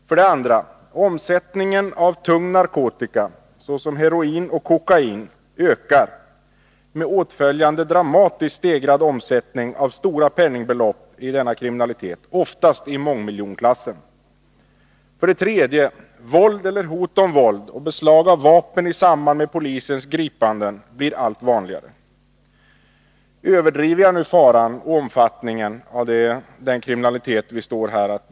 För det andra: Omsättningen av tung narkotika såsom heroin och kokain ökar med åtföljande dramatiskt stegrad omsättning av stora penningbelopp, oftast i mångmiljonklassen. För det tredje: Våld eller hot om våld och beslag av vapen i samband med polisens gripanden blir allt vanligare. Överdriver jag faran och omfattningen av denna kriminalitet? Alls inte.